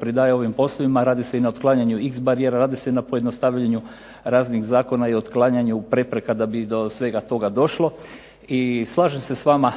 pridaje ovim poslovima. Radi se na otklanjanju x barijera radi se na pojednostavljenju raznih zakona i otklanjanju prepreka da bi do svega toga došlo. I slažem se s vama